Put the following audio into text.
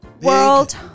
World